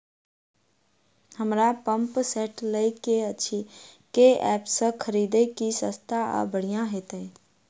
हमरा pump set लय केँ अछि केँ ऐप सँ खरिदियै की सस्ता आ बढ़िया हेतइ?